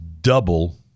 double